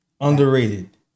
Underrated